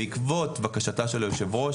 בעקבות בקשתה של היושבת ראש,